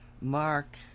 Mark